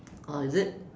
oh is it